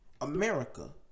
America